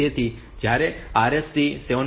તેથી આ જ્યારે RST 7